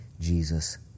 Jesus